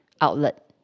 outlet